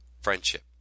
Friendship